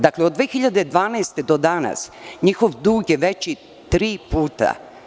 Dakle, od 2012. godine do danas njihov dug je veći tri puta.